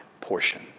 portion